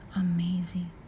amazing